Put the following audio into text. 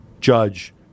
judge